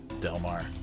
Delmar